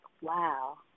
wow